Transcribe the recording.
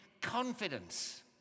confidence